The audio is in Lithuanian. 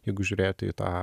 jeigu žiūrėti į tą